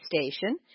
Station